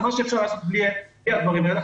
מה שאפשר לעשות בלי הדברים האלה,